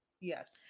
Yes